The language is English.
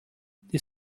this